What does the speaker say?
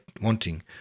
wanting